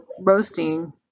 roasting